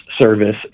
service